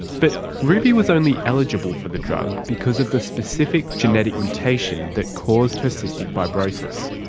but ruby was only eligible for the drug because of the specific genetic mutation that caused her cystic fibrosis.